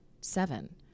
seven